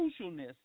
crucialness